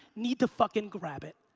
need to fucking grab it.